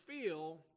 feel